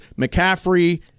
McCaffrey